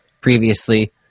Previously